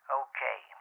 okay